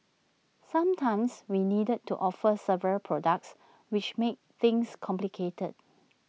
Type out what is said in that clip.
sometimes we needed to offer several products which made things complicated